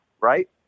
right